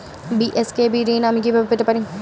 BSKB ঋণ আমি কিভাবে পেতে পারি?